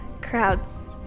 crowds